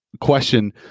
question